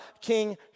King